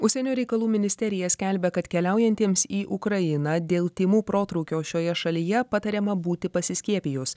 užsienio reikalų ministerija skelbia kad keliaujantiems į ukrainą dėl tymų protrūkio šioje šalyje patariama būti pasiskiepijus